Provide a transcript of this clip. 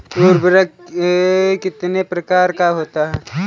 उर्वरक कितने प्रकार का होता है?